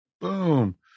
boom